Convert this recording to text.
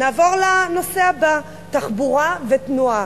נעבור לנושא הבא: תחבורה ותנועה,